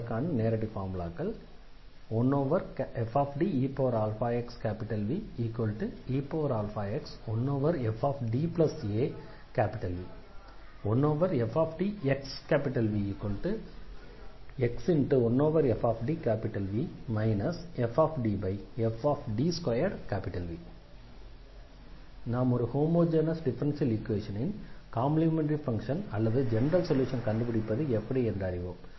அதற்கான நேரடி ஃபார்முலாக்கள் 1fDeaxVeax1fDaV 1fDxVx1fV fDfD2V நாம் ஒரு ஹோமொஜெனஸ் டிஃபரன்ஷியல் ஈக்வேஷனின் காம்ப்ளிமெண்டரி ஃபங்ஷன் அல்லது ஜெனரல் சொல்யூஷனை கண்டுபிடிப்பது எப்படி என்று அறிவோம்